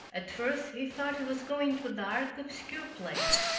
at first he thought he was going into a dark, obscure place,